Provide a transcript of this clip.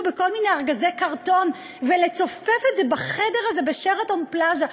בכל מיני ארגזי קרטון ולצופף את זה בחדר הזה ב"שרתון פלאזה".